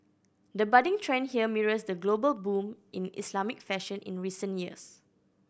the budding trend here mirrors the global boom in Islamic fashion in recent years